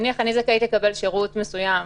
נניח אני זכאית לקבל שירות מסוים,